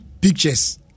pictures